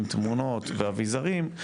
עם תמונות ואביזרים,